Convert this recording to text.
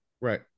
Right